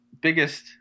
biggest